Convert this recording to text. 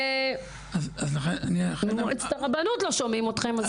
אם מועצת הרבנות לא שומעים אתכם.